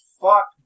Fuck